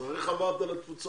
אז איך עברת לתפוצות?